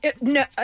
No